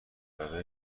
برا